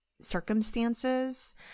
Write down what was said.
circumstances